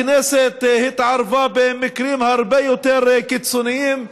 הכנסת התערבה במקרים הרבה יותר קיצוניים.